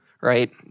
right